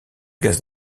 gaz